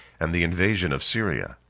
and the invasion of syria.